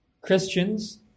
Christians